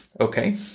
Okay